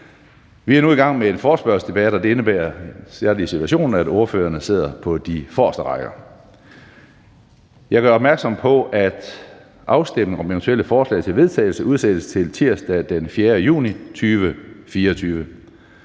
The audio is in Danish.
Vi er nu i gang med en forespørgselsdebat, og det indebærer den særlige situation, at ordførerne sidder på de forreste rækker. Jeg gør opmærksom på, at afstemning om eventuelle forslag til vedtagelse udsættes til tirsdag den 4. juni 2024.